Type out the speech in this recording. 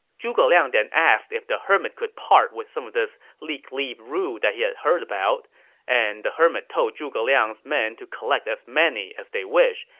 zhuge liang then asked if the hermit could part with some of this leek-leaved rue he had heard about and the hermit told zhuge liang's men to collect as many as they wish,